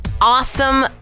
awesome